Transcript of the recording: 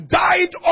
died